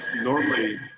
Normally